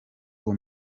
uwo